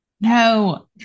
No